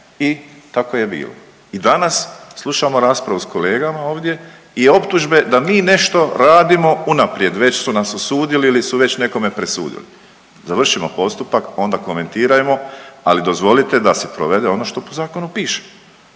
i tako je bilo. I danas slušamo raspravu s kolegama ovdje i optužbe da mi nešto radimo unaprijed, već su nas osudili ili su već nekome presudili. Završimo postupak, onda komentirajmo, ali dozvolite da se provede ono što po zakonu piše